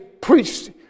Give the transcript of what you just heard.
preached